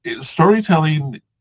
Storytelling